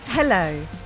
Hello